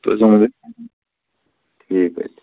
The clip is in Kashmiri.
بہٕ حظ وَنہو تۄہہِ ٹھیٖک حظ چھُ